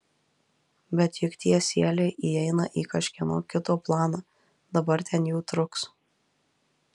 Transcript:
bet juk tie sieliai įeina į kažkieno kito planą dabar ten jų truks